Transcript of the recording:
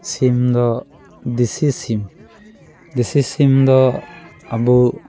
ᱥᱤᱢ ᱫᱚ ᱫᱮᱥᱤ ᱥᱤᱢ ᱫᱮᱥᱤ ᱥᱤᱢ ᱫᱚ ᱟᱵᱚ